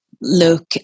look